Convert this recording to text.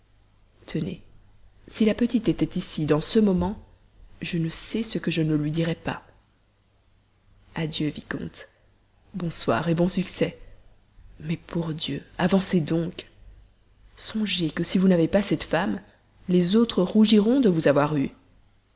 tenez si la petite était ici dans ce moment je ne sais ce que je ne lui dirais pas adieu vicomte bonsoir bon succès mais pour dieu avancez donc songez que si vous n'avez pas cette femme les autres rougiront de vous avoir eu